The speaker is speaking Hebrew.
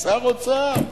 שר אוצר,